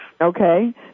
Okay